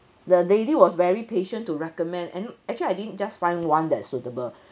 the lady was very patient to recommend and actually I didn't just find one that's suitable